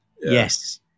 Yes